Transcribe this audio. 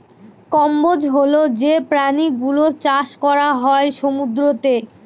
কম্বোজ হল যে প্রাণী গুলোর চাষ করা হয় সমুদ্রতে